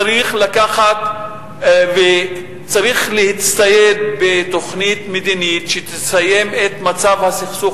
צריך לקחת וצריך להצטייד בתוכנית מדינית שתסיים את מצב הסכסוך